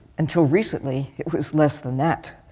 until recently it was less than that,